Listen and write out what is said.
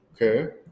Okay